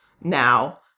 now